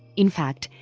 in fact,